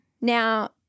now